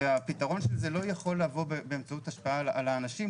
והפתרון של זה לא יכול לבוא באמצעות השפעה על האנשים,